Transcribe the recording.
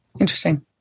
Interesting